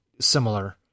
similar